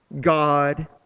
God